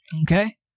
okay